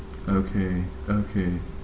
okay okay